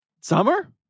Summer